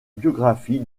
biographie